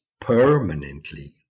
permanently